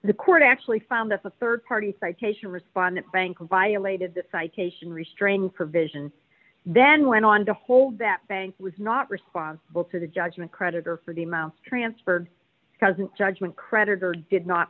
the court actually found that the rd party citation respondent bank violated the citation restraining provision then went on to hold that bank was not responsible to the judgment creditor for the amount transferred doesn't judgment creditor did not